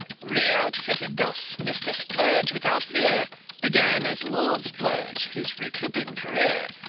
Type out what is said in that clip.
re-outfitted thus, mr. splurge without fear began as lord splurge his recouping career.